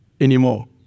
anymore